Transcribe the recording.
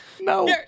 No